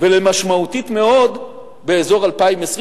ולמשמעותית מאוד באזור 2020,